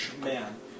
man